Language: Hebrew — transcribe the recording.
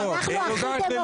אנחנו הכי דמוקרטיים.